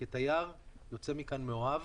יוצא מכאן מאוהב